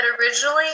originally